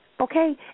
okay